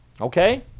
Okay